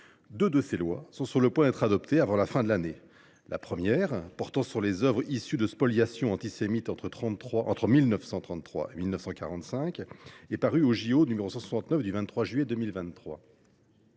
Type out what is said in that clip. Deux de ces lois sont sur le point d’être adoptées avant la fin de l’année. La première, portant sur les œuvres issues de spoliations antisémites intervenues entre 1933 et 1945, est parue au n° 169 du 23 juillet 2023